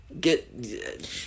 get